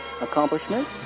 accomplishment